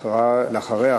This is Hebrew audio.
אחריה,